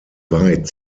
weit